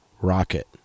rocket